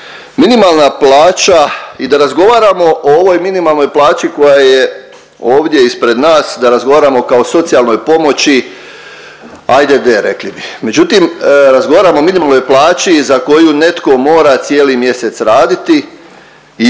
Minimalna plaća i da razgovaramo o ovoj minimalnoj plaći koja je ovdje ispred nas, da razgovaramo kao socijalnoj pomoći ajde de, rekli bi međutim razgovaramo o minimalnoj plaći za koju netko mora cijeli mjesec raditi i onda